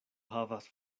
havas